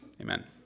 amen